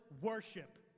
worship